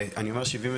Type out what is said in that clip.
כשאני 73,